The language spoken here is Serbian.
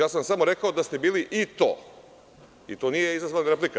Ja sam samo rekao da ste bili i to, i to nije izazvana replika.